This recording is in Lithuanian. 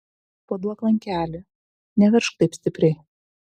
paduok lankelį neveržk taip stipriai